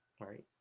right